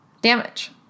damage